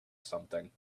something